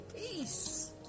peace